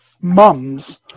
Mums